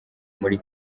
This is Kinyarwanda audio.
muri